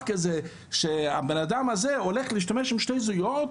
כזה שהבן אדם הזה הולך להשתמש בשני זהויות,